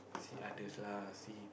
see others lah see